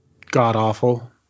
god-awful